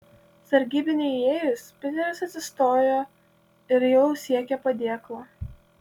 sargybiniui įėjus piteris atsistojo ir jau siekė padėklo